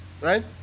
Right